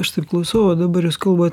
aš taip klausiau va dabar jūs kalbat